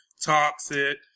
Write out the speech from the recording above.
Toxic